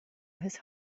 his